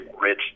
rich